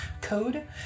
code